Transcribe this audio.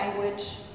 language